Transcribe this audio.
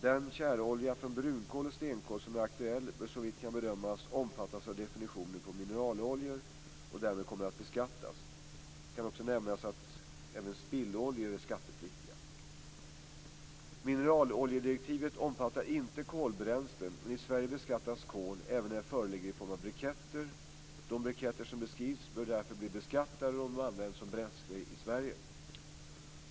Den tjärolja från brunkol och stenkol som är aktuell bör såvitt kan bedömas omfattas av definitionen på mineraloljor och därmed komma att beskattas. Det kan också nämnas att även spilloljor är skattepliktiga. Mineraloljedirektivet omfattar inte kolbränslen, men i Sverige beskattas kol, även när det föreligger i form av briketter. De briketter som beskrivs bör därför bli beskattade om de används som bränsle i Sverige.